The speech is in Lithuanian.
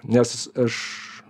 nes aš